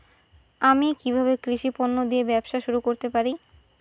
আমি কিভাবে কৃষি পণ্য দিয়ে ব্যবসা শুরু করতে পারি?